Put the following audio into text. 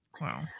Wow